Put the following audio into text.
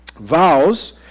Vows